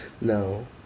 No